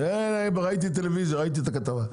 ראיתי את הטלוויזיה, את הכתבה.